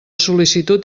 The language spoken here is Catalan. sol·licitud